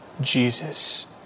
Jesus